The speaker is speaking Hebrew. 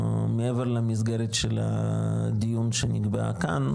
מעבר למסגרת של הדיון שנקבע כאן,